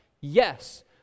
Yes